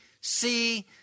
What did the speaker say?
see